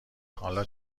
حالا